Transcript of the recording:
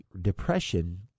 depression